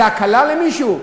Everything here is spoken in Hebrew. זה הקלה למישהו?